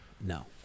No